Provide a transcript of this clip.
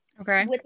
okay